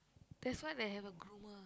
that's why they have a groomer